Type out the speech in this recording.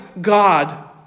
God